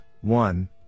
one